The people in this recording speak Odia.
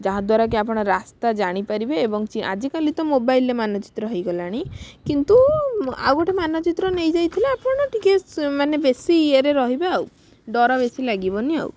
ଯାହାଦ୍ବାରା କି ଆପଣ ରାସ୍ତା ଜାଣିପାରିବେ ଏବଂ ଚି ଆଜିକାଲି ତ ମୋବାଇଲରେ ମାନଚିତ୍ର ହେଇଗଲାଣି କିନ୍ତୁ ଆଉ ଗୋଟେ ମାନଚିତ୍ର ନେଇଯାଇଥିଲେ ଆପଣ ଟିକେ ସ ମାନେ ବେଶି ୟେ ରେ ରହିବେ ଆଉ ଡର ବେଶି ଲାଗିବନି ଆଉ